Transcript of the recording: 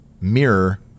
mirror